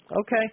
Okay